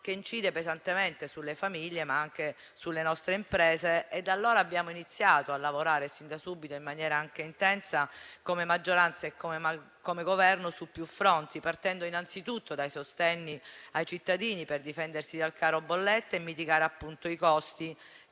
che incide pesantemente sulle famiglie, ma anche sulle nostre imprese. Da allora abbiamo iniziato a lavorare, sin da subito in maniera anche intensa, come maggioranza e come Governo su più fronti, partendo innanzitutto dai sostegni ai cittadini per difendersi dal caro-bollette e mitigare i costi